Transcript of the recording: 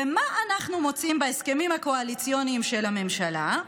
ומה אנחנו מוצאים בהסכמים הקואליציוניים של הממשלה?